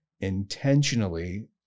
intentionally